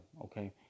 okay